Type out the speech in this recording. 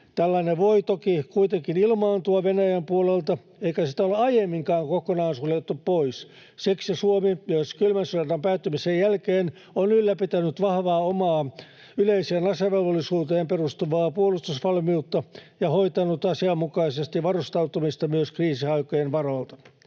Tällainen voi toki kuitenkin ilmaantua Venäjän puolelta, eikä sitä olla aiemminkaan kokonaan suljettu pois. Siksi Suomi myös kylmän sodan päättymisen jälkeen on ylläpitänyt vahvaa omaa yleiseen asevelvollisuuteen perustuvaa puolustusvalmiutta ja hoitanut asianmukaisesti varustautumista myös kriisiaikojen varalta.